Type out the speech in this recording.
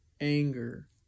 anger